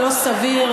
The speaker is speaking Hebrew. לא סביר,